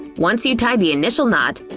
once you tie the initial knot,